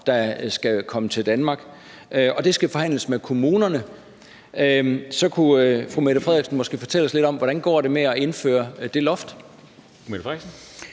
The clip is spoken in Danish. der skal komme til Danmark, og det skal forhandles med kommunerne. Så kunne fru Mette Frederiksen måske fortælle os lidt om, hvordan det går med at indføre det loft?